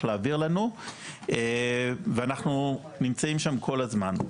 להעביר לנו ואנחנו נמצאים שם כל הזמן.